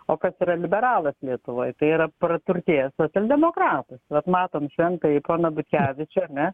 o kas yra liberalas lietuvoj tai yra praturtėjęs socialdemokratas vat matom šventąjį poną butkevičių ar ne